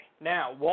now